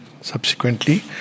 subsequently